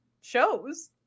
shows